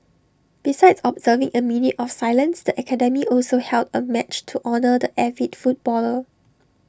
besides observing A minute of silence the academy also held A match to honour the avid footballer